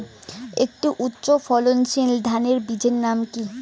একটি উচ্চ ফলনশীল ধানের বীজের নাম কী?